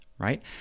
Right